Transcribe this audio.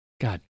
God